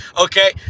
Okay